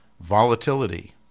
volatility